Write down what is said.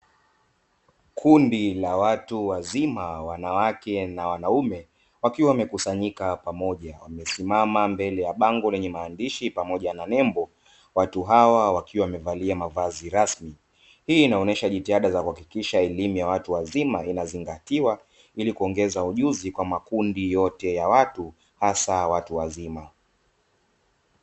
Kundi la watu wazima wanawake na wanaume, wakiwa wamekusanyika pamoja wamesimama mbele ya bango lenye maandishi pamoja na nembo, watu hawa wakiwa wamevalia mavazi rasmi. Hii inaonyesha jitihada za kuhakikisha elimu ya watu wazima inazingatiwa, ili kuongeza ujuzi kwa makundi yote ya watu hasa watu wazima.